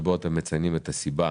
שבו אתם מציינים את הסיבה.